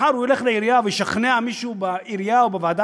הוא ילך לעירייה וישכנע מישהו בעירייה או בוועדה